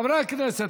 חברי הכנסת,